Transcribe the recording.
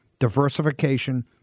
Diversification